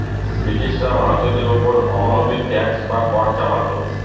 ব্রিটিশরা ভারতীয়দের ওপর অমানবিক ট্যাক্স বা কর চাপাতো